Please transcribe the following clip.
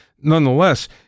nonetheless